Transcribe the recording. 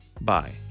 bye